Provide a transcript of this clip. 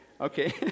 Okay